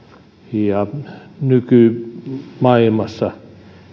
ja nykymaailmassa